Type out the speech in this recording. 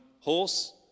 horse